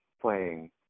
playing